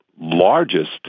largest